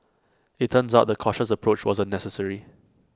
IT turns out the cautious approach wasn't necessary